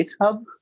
GitHub